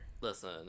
Listen